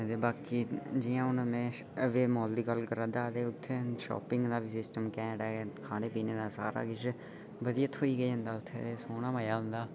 बाकी जिं'यां हून में वेवमॉल दी गल्ल करा दा इत्थै शॉपिंग दा कम्म ही घैंठ ऐ ते खाने पीने दा बी सारा किश बधिया थ्होई गे जंदा ते सोह्ना मजा औंदा हूम इत्थै गै जाना में